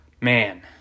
man